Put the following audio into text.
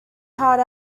hard